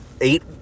Eight